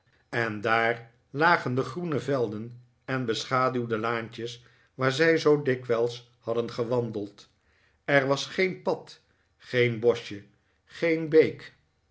en daar lagen de groene velden en beschaduwde laantjes waar zij zoo dikwijls hadden gewandeld er was geen pad geen boschje geen beek